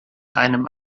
einem